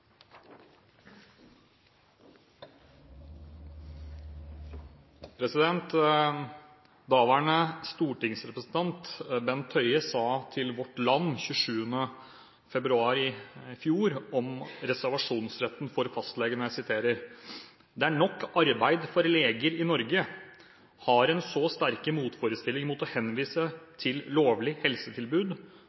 departementet. «Daværende stortingsrepresentant Bent Høie sa i Vårt Land 27. februar 2012 om reservasjonsretten for fastleger: «Det er nok arbeid for leger i Norge. Har en så sterke motforestillinger mot å henvise til lovlige helsetilbud,